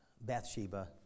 Bathsheba